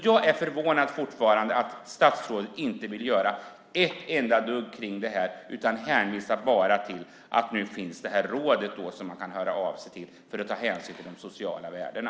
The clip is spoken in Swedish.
Jag är fortfarande förvånad över att statsrådet inte vill göra ett enda dugg för det här, utan bara hänvisar till det råd som nu finns och som man kan höra av sig till när det gäller att ta hänsyn till de sociala värdena.